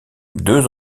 deux